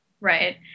Right